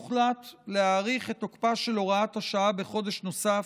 הוחלט להאריך את תוקפה של הוראת השעה בחודש נוסף,